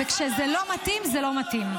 וכשזה לא מתאים, זה לא מתאים.